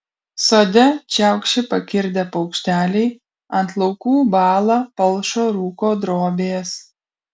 sode čiaukši pakirdę paukšteliai ant laukų bąla palšo rūko drobės